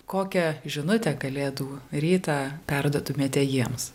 kokią žinutę kalėdų rytą perduotumėte jiems